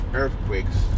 earthquakes